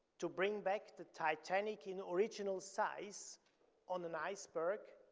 to bring back the titanic in original size on an iceberg,